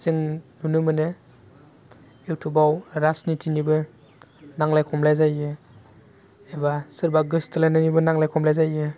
जों नुनो मोनो इउटुबाव राजनिथिनिबो नांलाय खमलाय जायो एबा सोरबा गोस्थोलायनायनिबो नांलाय खमलाय जायो